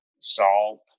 salt